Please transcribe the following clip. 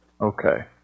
Okay